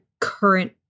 current